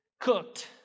cooked